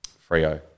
Frio